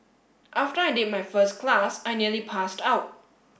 after I did my first class I nearly passed out